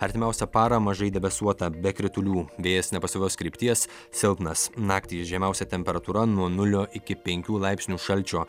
artimiausią parą mažai debesuota be kritulių vėjas nepastovios krypties silpnas naktį žemiausia temperatūra nuo nulio iki penkių laipsnių šalčio